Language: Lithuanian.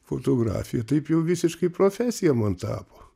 fotografija taip jau visiškai profesija mon tapo